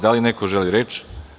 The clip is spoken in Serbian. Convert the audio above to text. Da li neko želi reč?